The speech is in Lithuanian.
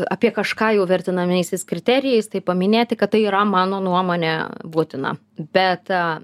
apie kažką jau vertinamaisiais kriterijais tai paminėti kad tai yra mano nuomonė būtina bet